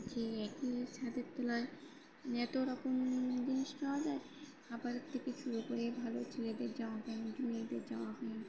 যে একই ছাদের তলায় এত রকম জিনিস পাওয়া যায় খাবারের থেকে শুরু করে ভালো ছেলেদের জামা প্যান্ট মেয়েদের জামা প্যান্ট